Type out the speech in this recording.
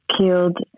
killed